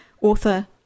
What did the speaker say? author